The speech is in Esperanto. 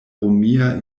romia